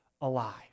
alive